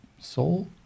soul